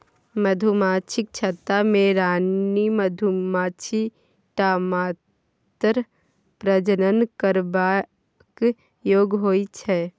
मधुमाछीक छत्ता मे रानी मधुमाछी टा मात्र प्रजनन करबाक योग्य होइ छै